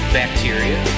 bacteria